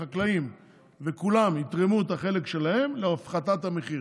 החקלאים וכולם יתרמו את החלק שלהם להפחתת המחיר,